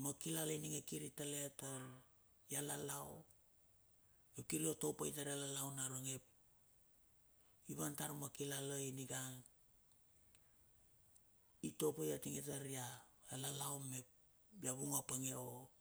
ma kilala ininge kir i tale tar ya lalau mep kir i topai tara lalau naronge i vantar ma kilala iningang, i topai atinge tar ya la la lao mep ya vung a ponge o.